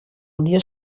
unió